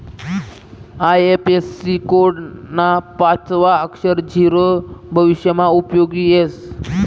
IFSC code ना पाचवं अक्षर झीरो भविष्यमा उपयोगी येस